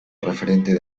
referente